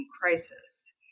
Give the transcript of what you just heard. crisis